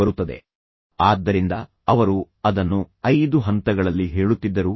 ಪಡೆದರೆ ನಾನು ಭರವಸೆ ನೀಡಿದ್ದೇನೆ ಎಂದು ಹೇಳುತ್ತಾರೆ